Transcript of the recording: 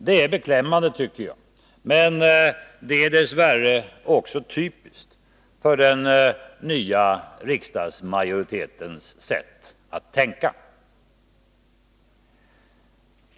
Det är beklämmande, tycker jag, men det är dess värre också typiskt för den nya riksdagsmajoritetens sätt att tänka.